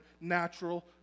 natural